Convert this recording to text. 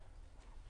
; (2)